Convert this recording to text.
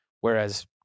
whereas